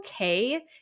okay